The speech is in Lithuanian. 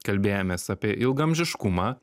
kalbėjomės apie ilgaamžiškumą